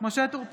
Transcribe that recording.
משה טור פז,